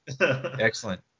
excellent